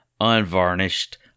unvarnished